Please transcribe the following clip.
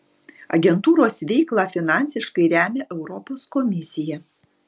agentūros veiklą finansiškai remia europos komisija